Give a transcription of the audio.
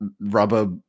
rubber